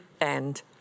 end